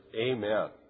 Amen